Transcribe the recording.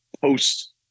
post